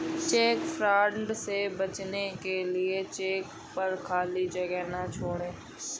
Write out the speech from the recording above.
check fraud से बचने के लिए अपने चेक पर खाली जगह ना छोड़ें